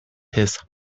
his